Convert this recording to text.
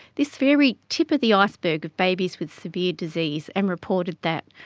this very tip of the iceberg of babies with severe disease and reported that.